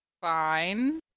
fine